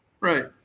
right